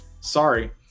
Sorry